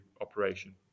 operation